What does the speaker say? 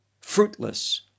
fruitless